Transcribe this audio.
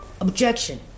objection